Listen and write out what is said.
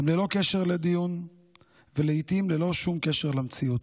גם ללא קשר לדיון ולעיתים ללא שום קשר למציאות.